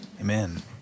Amen